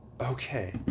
Okay